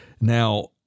Now